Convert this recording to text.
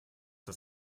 das